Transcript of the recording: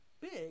big